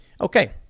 Okay